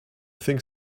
think